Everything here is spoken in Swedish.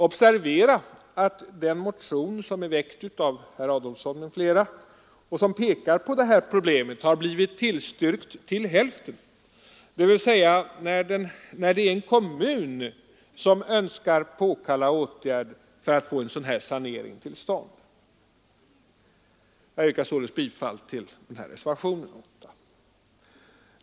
Observera att den motion som är väckt av herr Adolfsson m.fl., som pekar på detta problem, har blivit tillstyrkt till hälften, dvs. när det är en kommun som önskar påkalla åtgärd för att få en sådan här sanering till stånd. Jag yrkar således bifall till reservationen 6.